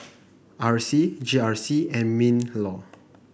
R C G R C and Minlaw